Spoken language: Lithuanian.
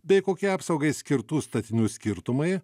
bei kokie apsaugai skirtų statinių skirtumai